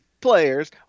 players